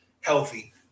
healthy